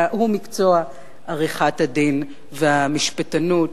הוא מקצוע עריכת-הדין והמשפטנות,